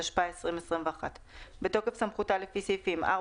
התשפ"א 2021 "בתוקף סמכותה לפי סעיפים 4,